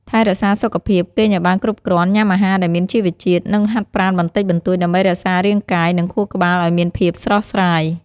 ថែរក្សាសុខភាព គេងឱ្យបានគ្រប់គ្រាន់ ញ៉ាំអាហារដែលមានជីវជាតិ និងហាត់ប្រាណបន្តិចបន្តួច ដើម្បីរក្សារាងកាយ និងខួរក្បាលឱ្យមានភាពស្រស់ស្រាយ។